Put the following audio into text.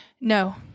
no